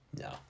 No